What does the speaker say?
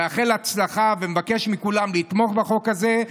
אני מאחל הצלחה ומבקש מכולם לתמוך בחוק הזה,